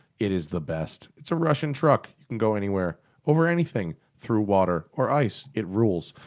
it is the best. it's a russian truck, you can go anywhere, over anything, through water or ice. it rules.